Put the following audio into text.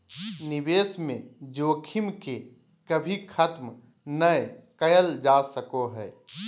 निवेश में जोखिम के कभी खत्म नय कइल जा सको हइ